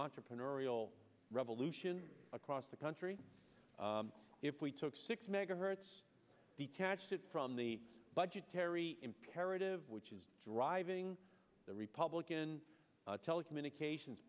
entrepreneurial revolution across the country if we took six megahertz detached from the budgetary imperative which is driving the republican telecommunications